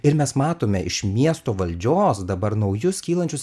ir mes matome iš miesto valdžios dabar naujus kylančius